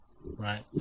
Right